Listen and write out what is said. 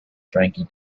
frankie